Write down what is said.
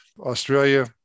Australia